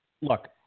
Look